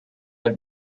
are